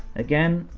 again,